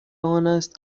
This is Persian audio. آنست